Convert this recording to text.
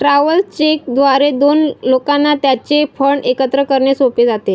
travellers cheque द्वारे दोन लोकांना त्यांचे फंड एकत्र करणे सोपे जाते